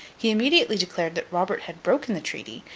he immediately declared that robert had broken the treaty,